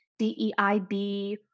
DEIB